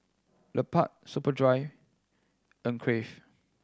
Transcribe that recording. Lupark Superdry and Crave